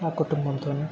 మా కుటుంబంతోనే